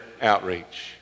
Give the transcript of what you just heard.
outreach